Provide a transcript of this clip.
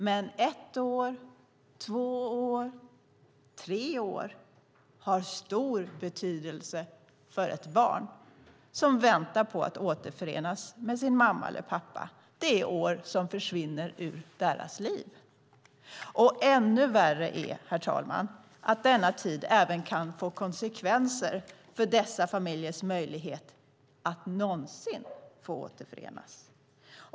Men ett, två eller tre år har stor betydelse för ett barn som väntar på att återförenas med sin mamma eller pappa. Det är år som försvinner ur deras liv. Ännu värre är, herr talman, att denna tid även kan få konsekvenser för dessa familjers möjlighet att någonsin få återförenas.